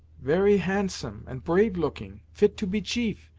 very handsome, and brave-looking fit to be chief,